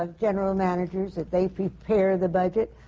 ah general managers that they prepare the budget?